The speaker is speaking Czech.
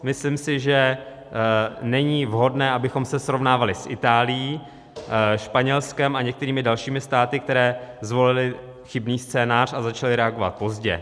Myslím si, že není vhodné, abychom se srovnávali s Itálií, Španělskem a některými dalšími státy, které zvolily chybný scénář a začaly reagovat pozdě.